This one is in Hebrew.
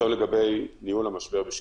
לגבי ניהול המשבר בשקיפות,